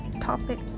topic